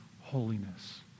holiness